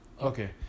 Okay